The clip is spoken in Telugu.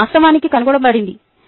ఇది వాస్తవానికి కనుగొనబడింది